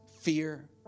fear